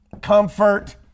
comfort